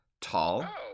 tall